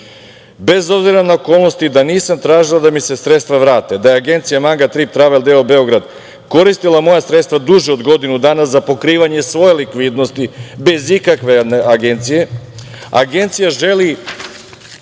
obzira na okolnosti, i da nisam tražila da mi se sredstva vrate, da je agencija „Manga trip travel“ doo Beograd koristila moja sredstva duže od godinu dana za pokrivanje svoje likvidnosti bez ikakve agencije,